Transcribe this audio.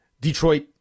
Detroit